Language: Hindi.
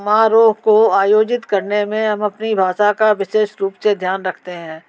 समाहरोह को आयोजित करने में हम अपनी भाषा का विशेष रूप से ध्यान रखते हैं